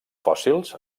fòssils